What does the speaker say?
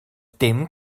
dim